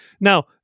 Now